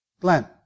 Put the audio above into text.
Glenn